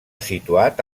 situat